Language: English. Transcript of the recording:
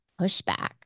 pushback